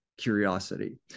curiosity